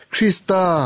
Krista